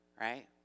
right